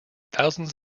thousands